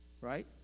right